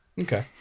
Okay